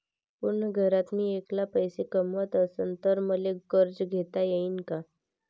पुऱ्या घरात मी ऐकला पैसे कमवत असन तर मले कर्ज घेता येईन का?